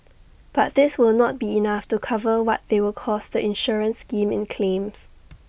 but this will not be enough to cover what they will cost the insurance scheme in claims